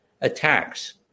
attacks